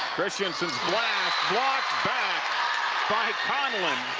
christensen blocked blocked back by conlon.